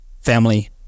Family